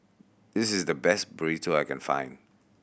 this is the best Burrito I can find